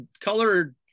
color